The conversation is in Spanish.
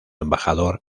embajador